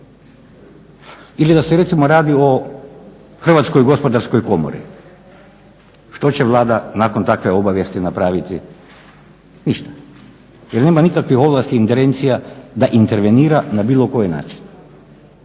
Ili da se recimo radi o Hrvatskoj gospodarskoj komori, što će Vlada nakon takve obavijesti napraviti? Ništa, jer nema nikakvih ovlasti, ingerencija da intervenira na bilo koji način.